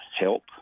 help